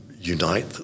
unite